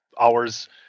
hours